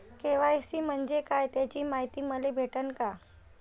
KYC म्हंजे काय त्याची मायती मले भेटन का?